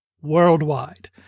worldwide